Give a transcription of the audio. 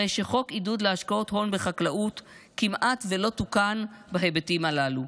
הרי שחוק עידוד להשקעות הון בחקלאות כמעט שלא תוקן בהיבטים הללו.